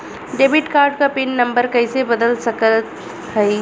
Debit card क pin number कइसे बदल सकत हई?